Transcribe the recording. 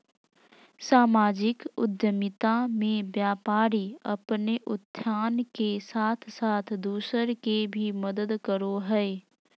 सामाजिक उद्द्मिता मे व्यापारी अपने उत्थान के साथ साथ दूसर के भी मदद करो हय